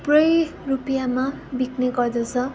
थुप्रे रुपियाँमा बिक्ने गर्दछ